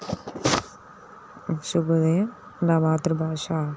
శుభోదయం నా మాతృభాష